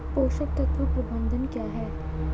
पोषक तत्व प्रबंधन क्या है?